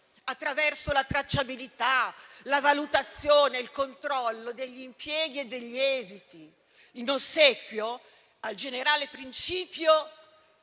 attraverso la tracciabilità, la valutazione e il controllo degli impieghi e degli esiti, in ossequio al generale principio